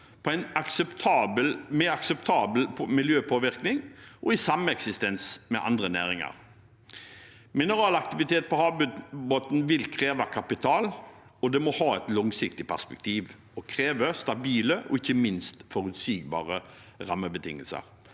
måte, med akseptabel miljøpåvirkning og i sameksistens med andre næringer. Mineralaktivitet på havbunnen vil kreve kapital. Det må ha et langsiktig perspektiv og krever stabile og ikke minst forutsigbare rammebetingelser.